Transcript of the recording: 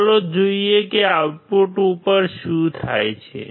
ચાલો જોઈએ કે આઉટપુટ ઉપર શું થાય છે